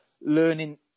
learning